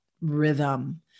rhythm